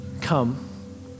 come